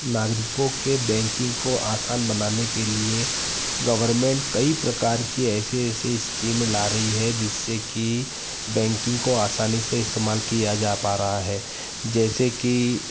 नागरिकों के बैंकिंग को आसान बनाने के लिए गवर्नमेंट कई प्रकार की ऐसी ऐसी स्कीमें ला रही है कि जिससे कि बैंकिंग को आसानी से इस्तेमाल किया जा पा रहा है जैसे कि